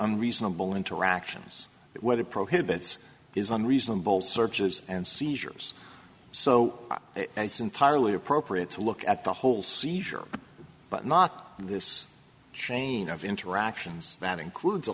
unreasonable interactions but what it prohibits is unreasonable searches and seizures so it's entirely appropriate to look at the whole seizure but not in this chain of interactions that includes a